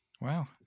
Wow